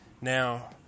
Now